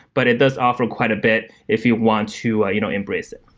but it does offer quite a bit if you want to you know embrace it